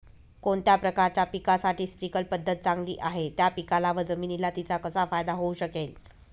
कोणत्या प्रकारच्या पिकासाठी स्प्रिंकल पद्धत चांगली आहे? त्या पिकाला व जमिनीला तिचा कसा फायदा होऊ शकेल?